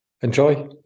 enjoy